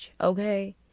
Okay